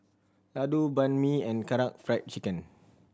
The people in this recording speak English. Ladoo Banh Mi and Karaage Fried Chicken